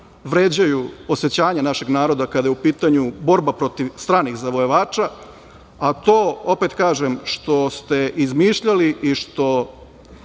vređaju osećanja našeg naroda kada je u pitanju borba protiv stranih zavojevača, a to što ste izmišljali i što